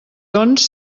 doncs